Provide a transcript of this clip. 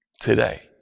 today